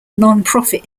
nonprofit